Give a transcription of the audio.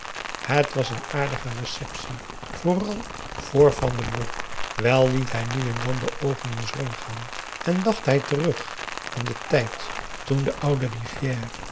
het was een aardige receptie vooral voor van den broek wèl liet hij nu en dan de oogen eens rond gaan en dacht hij terug p a daum hoe hij raad van indië werd onder ps maurits aan den tijd toen de oude rivière